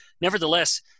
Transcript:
Nevertheless